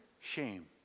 Shame